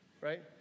right